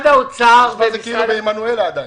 זה נשמע כאילו משתמשים במנואלה עדיין.